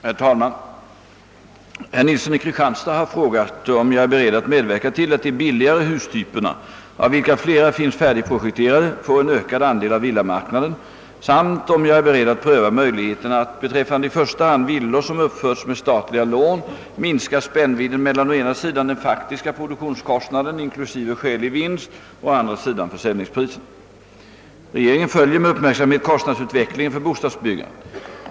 Herr talman! Herr Nilsson i Kristianstad har frågat om jag är beredd att medverka till att de billigare hustyperna, av vilka flera finns färdigprojekterade, får en ökad andel av villamarknaden samt om jag är beredd att pröva möjligheterna att, beträffande i första hand villor som uppförts med statliga lån, minska spännvidden mellan å ena sidan den faktiska produktionskostnaden, inklusive skälig vinst, och å andra sidan försäljningspriset. Regeringen följer med uppmärksamhet kostnadsutvecklingen för bostadsbyggandet.